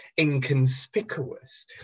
inconspicuous